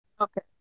Okay